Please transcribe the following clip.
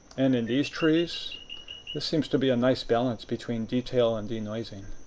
and in these trees. this seems to be a nice balance between detail and denoising.